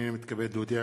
הנני מתכבד להודיע,